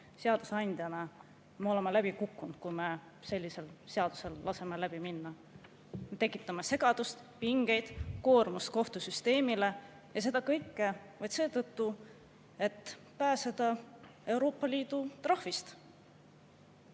seadusandjana läbi kukkunud, kui me laseme sellisel seadusel läbi minna. Me tekitame segadust, pingeid, koormust kohtusüsteemile, ja seda kõike vaid seetõttu, et pääseda Euroopa Liidu trahvist.